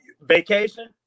vacation